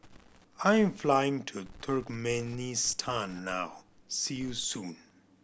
I'm flying to Turkmenistan now see you soon